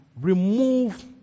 remove